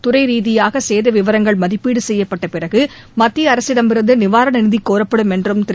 துறை ரீதியாக சேத விவரங்கள் மதிப்பீடு செய்யப்பட்ட பிறகு மத்திய அரசிடமிருந்து நிவாரண நிதி கோரப்படும் என்றும் திரு